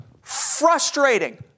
frustrating